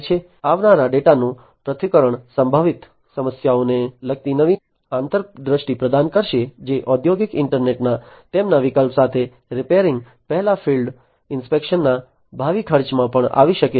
આવનારા ડેટાનું પૃથ્થકરણ સંભવિત સમસ્યાઓને લગતી નવી આંતરદૃષ્ટિ પ્રદાન કરશે જે ઔદ્યોગિક ઇન્ટરનેટના તેમના વિકલ્પ સાથે રિપેરિંગ પહેલાં ફિલ્ડ ઇન્સ્પેક્શનના ભાવિ ખર્ચમાં પણ આવી શકે છે